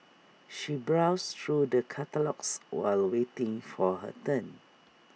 she browsed through the catalogues while waiting for her turn